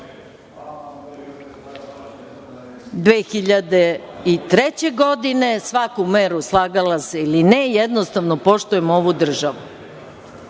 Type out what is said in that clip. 2003. godine, svaku meru slagala se ili ne, jednostavno poštujem ovu državu.